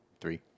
three